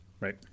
Right